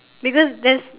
because there's